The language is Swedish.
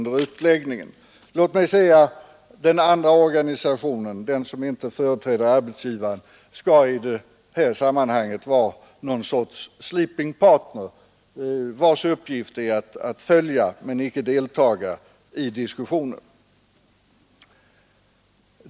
Den andra organisationen, den som inte företräder arbetstagaren, skall i detta sammanhang vara någon sorts sleeping partner, vars uppgift är att följa — men icke delta i — diskussionen.